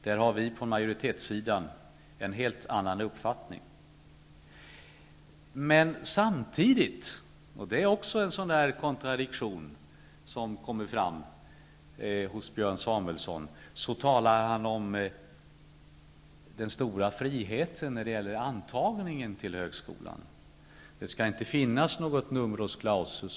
Där har vi på majoritetssidan en helt annan uppfattning. Men samtidigt -- och detta är också en kontradiktion som här kommer fram hos Björn Samuelson -- talar han om den stora friheten när det gäller antagningen till högskolan. Han talar om att det inte skall finnas något numerus clausus.